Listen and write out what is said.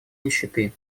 нищеты